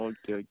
Okay